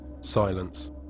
Silence